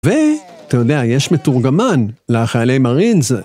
ואתה יודע, יש מתורגמן לחיילי מרינס.